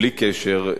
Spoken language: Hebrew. בלי קשר,